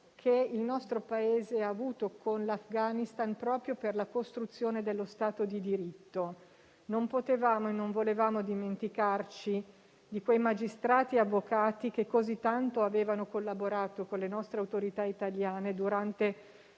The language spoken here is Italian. che il nostro Paese ha avuto con l'Afghanistan proprio per la costruzione dello Stato di diritto. Non potevamo e non volevamo dimenticarci di quei magistrati e avvocati che così tanto avevano collaborato con le autorità italiane durante